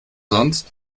sonst